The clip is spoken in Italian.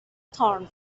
thorne